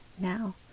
now